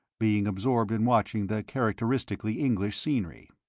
being absorbed in watching the characteristically english scenery.